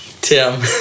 Tim